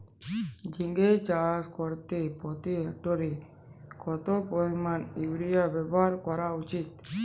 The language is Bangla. ঝিঙে চাষ করতে প্রতি হেক্টরে কত পরিমান ইউরিয়া ব্যবহার করা উচিৎ?